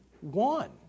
one